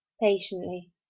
patiently